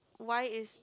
why is